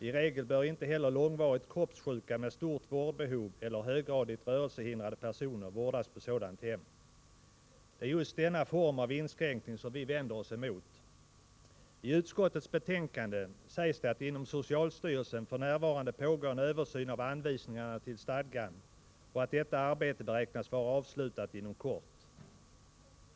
I regel bör inte heller långvarigt kroppssjuka med stort vårdbehov eller höggradigt rörelsehindrade personer vårdas på sådant hem.” Det är just denna form av inskränkning vi vänder oss emot. I utskottets betänkande sägs att det inom socialstyrelsen f.n. pågår en översyn av anvisningarna till stadgan och att detta arbete beräknas vara avslutat inom kort.